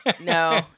No